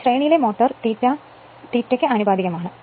ഇപ്പോൾ ശ്രേണിയിലെ മോട്ടോർ ∅∅ ന് ആനുപാതികമാണ്